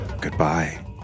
goodbye